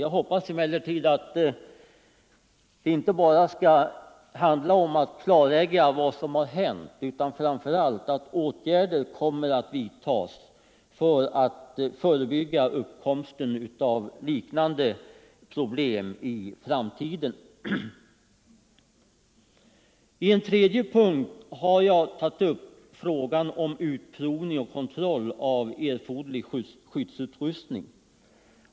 Jag hoppas emellertid att det inte bara skall handla om att klarlägga vad som hänt, utan framför allt att åtgärder kommer att vidtas för att förebygga uppkomsten av liknande problem i framtiden. I en tredje punkt har jag tagit upp frågan om utprovning och kontroll av erforderlig skyddsutrustning.